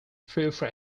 friends